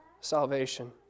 salvation